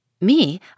Me